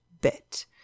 bit